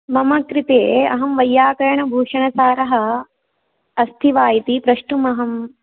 मम कृते अहं वैय्याकरणभूषणसारः अस्ति वा इति प्रष्टुमहं